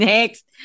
Next